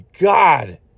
god